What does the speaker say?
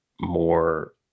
more